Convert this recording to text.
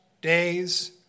days